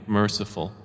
merciful